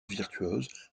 virtuose